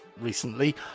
recently